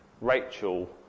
Rachel